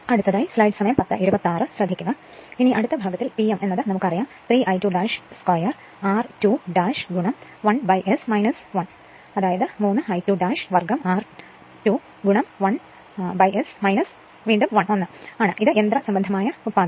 ഇനി അടുത്ത ഭാഗത്തിൽ P m നമുക്ക് അറിയാം 3 I2 2 r2 1S 1 ആണ് യന്ത്രസംബന്ധമായ ഓരോ ഉത്പാദനം